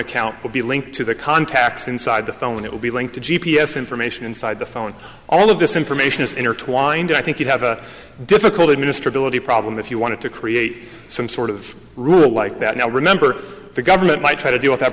account will be linked to the contacts inside the phone it will be linked to g p s information inside the phone all of this information is intertwined i think you'd have a difficult minister billet problem if you wanted to create some sort of rule like that now remember the government might try to deal with that